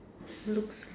looks